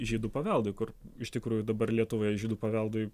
žydų paveldui kur iš tikrųjų dabar lietuvoje žydų paveldui